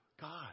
God